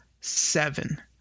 seven